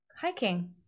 hiking